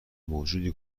موجودی